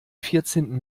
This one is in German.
vierzehnten